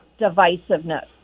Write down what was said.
divisiveness